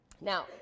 Now